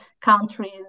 countries